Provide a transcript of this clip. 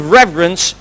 reverence